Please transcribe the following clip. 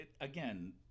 again